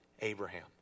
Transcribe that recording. Abraham